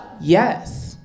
Yes